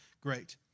Great